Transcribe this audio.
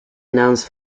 announced